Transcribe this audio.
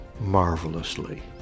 marvelously